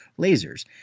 lasers